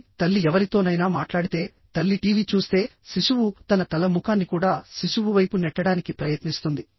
కాబట్టి తల్లి ఎవరితోనైనా మాట్లాడితే తల్లి టీవీ చూస్తే శిశువు తన తల ముఖాన్ని కూడా శిశువు వైపు నెట్టడానికి ప్రయత్నిస్తుంది